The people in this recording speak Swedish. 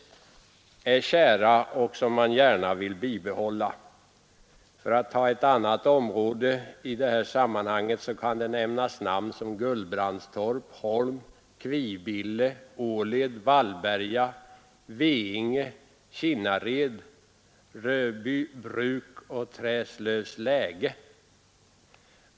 Det är självklart att de gärna vill behålla dem. För att ta ett annat område i detta sammanhang kan jag nämna namn som Gullbrandstorp, Holm, Kvibille, Åled, Vallberga, Veinge, Kinnared, Rydöbruk och Träslövsläge.